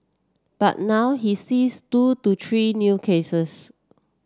but now he sees two to three new cases